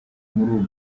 muri